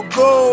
go